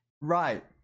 right